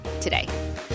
today